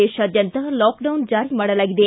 ದೇಶಾದ್ಯಂತ ಲಾಕ್ಡೌನ್ ಜಾರಿ ಮಾಡಲಾಗಿದೆ